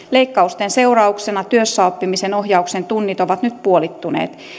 leikkausten seurauksena työssäoppimisen ohjauksen tunnit ovat nyt puolittuneet